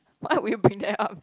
what will bring them up